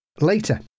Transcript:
Later